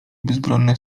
bezbronne